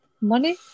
Money